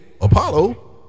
Apollo